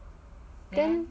then